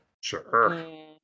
Sure